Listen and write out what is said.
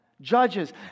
judges